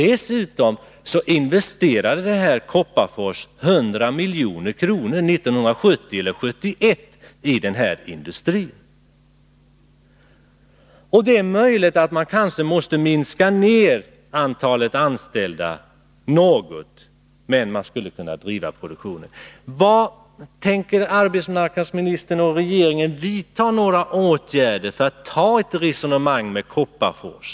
Vidare investerade Kopparfors AB 100 milj.kr. 1970 eller 1971 i den här industrin. Det är möjligt att man måste minska ned antalet anställda något, men man skulle i alla fall kunna fortsätta produktionen. Tänker arbetsmarknadsministern och regeringen vidta några åtgärder? Det behövs ett resonemang med Koppar fors.